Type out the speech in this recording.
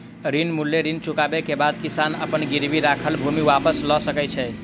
ऋण मूल्य पूर्ण चुकबै के बाद किसान अपन गिरवी राखल भूमि वापस लअ सकै छै